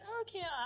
okay